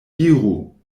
diru